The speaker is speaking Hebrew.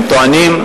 הם טוענים.